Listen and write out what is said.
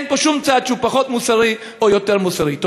אין פה שום צעד שהוא פחות מוסרי או יותר מוסרי.